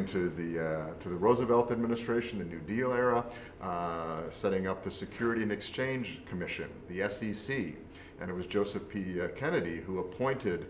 into the to the roosevelt administration a new deal era setting up the security and exchange commission the f c c and it was joseph p kennedy who appointed